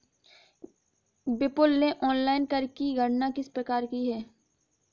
विपुल ने ऑनलाइन कर की गणना किस प्रकार की?